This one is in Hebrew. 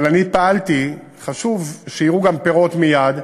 אבל חשוב שיראו גם פירות מייד: